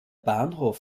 bahnhof